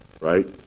Right